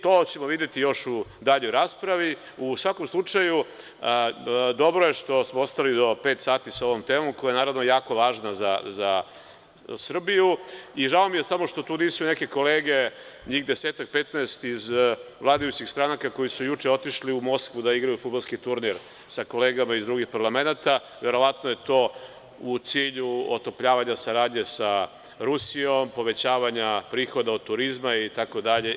To ćemo videti još u daljoj raspravi, u svakom slučaju, dobro je što smo ostali do pet sati sa ovom temom koja je naravno jako važna za Srbiju i žao mi je samo što tu nisu neke kolege, njih 10-15 iz vladajućih stranaka koji su juče otišli u Moskvu da igraju fudbalski turnir sa kolegama iz drugih parlamenata, verovatno je to u cilju otopljavanja saradnje sa Rusijom, povećavanja prihoda od turizma itd.